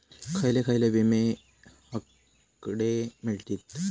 खयले खयले विमे हकडे मिळतीत?